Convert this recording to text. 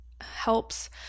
helps